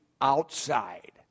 outside